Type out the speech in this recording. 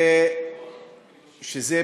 חלק